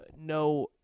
no